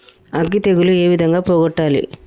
అగ్గి తెగులు ఏ విధంగా పోగొట్టాలి?